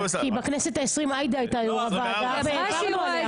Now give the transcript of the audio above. כי בכנסת ה-20 עאידה הייתה יו"ר הוועדה והעברנו אליה חוקים.